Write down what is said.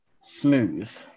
smooth